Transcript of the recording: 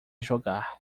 jogar